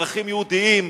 ערכים יהודיים,